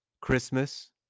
Christmas